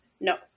No